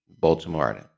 Baltimore